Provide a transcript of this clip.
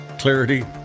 clarity